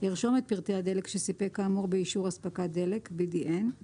ירשום את פרטי הדלק שסיפק כאמור באישור אספקת דלק (BDN);